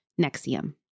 Nexium